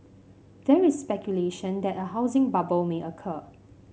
there is speculation that a housing bubble may occur